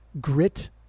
grit